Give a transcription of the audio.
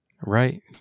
Right